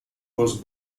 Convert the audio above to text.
was